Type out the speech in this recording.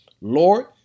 Lord